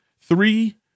three